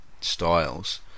styles